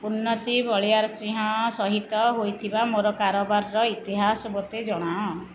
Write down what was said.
ଉନ୍ନତି ବଳିଆରସିଂହ ସହିତ ହୋଇଥିବା ମୋର କାରବାରର ଇତିହାସ ମୋତେ ଜଣାଅ